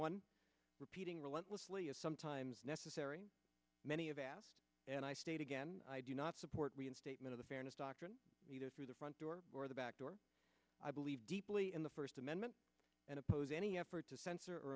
one repeating relentlessly is sometimes necessary many of s and i state again i do not support reinstatement of the fairness doctrine either through the front door or the back door i believe deeply in the first amendment and oppose any effort to censor